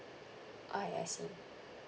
ah ya I see